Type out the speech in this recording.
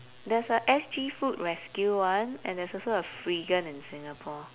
there's a S_G food rescue [one] and there's also a freegan in singapore